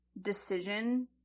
decision